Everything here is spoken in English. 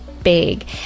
big